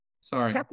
sorry